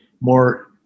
more